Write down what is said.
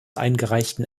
eingereichten